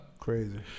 Crazy